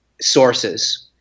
sources